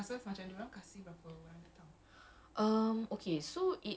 after a long break it's just like rombak rombak and I was like ha